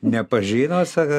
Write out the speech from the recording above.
nepažino sako